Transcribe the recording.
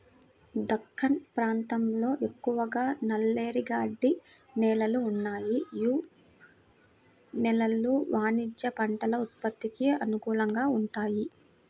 దక్కన్ ప్రాంతంలో ఎక్కువగా నల్లరేగడి నేలలు ఉన్నాయి, యీ నేలలు వాణిజ్య పంటల ఉత్పత్తికి అనుకూలంగా వుంటయ్యి